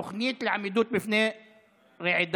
(תוכנית לעמידות בפני רעידת